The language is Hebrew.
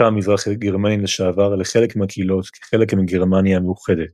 הפכה מזרח גרמניה לשעבר לחלק מהקהילות כחלק מגרמניה המאוחדת.